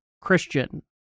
Christian